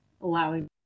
allowing